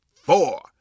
four